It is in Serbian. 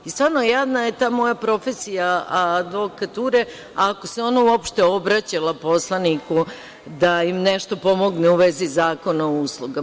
I stvarno, jadna je ta moja profesija advokature ako se ona uopšte obraćala poslaniku da im nešto pomogne u vezi Zakona o uslugama.